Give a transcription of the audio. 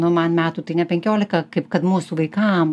o man metų tai ne penkiolika kaip kad mūsų vaikam